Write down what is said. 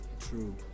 True